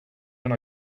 when